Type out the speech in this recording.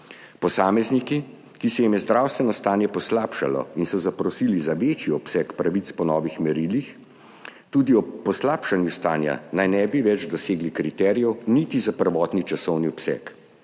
Posamezniki, ki se jim je zdravstveno stanje poslabšalo in so zaprosili za večji obseg pravic po novih merilih, tudi ob poslabšanju stanja naj ne bi več dosegli kriterijev niti za prvotni časovni obseg.